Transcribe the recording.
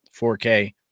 4K